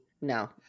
No